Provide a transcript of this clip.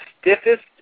stiffest